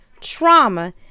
trauma